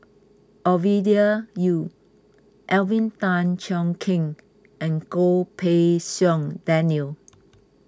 Ovidia Yu Alvin Tan Cheong Kheng and Goh Pei Siong Daniel